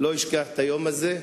לא אשכח את היום הזה.